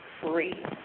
free